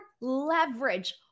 leverage